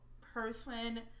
person